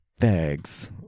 fags